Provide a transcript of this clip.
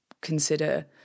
consider